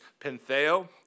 pentheo